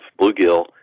bluegill